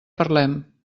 parlem